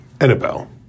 Annabelle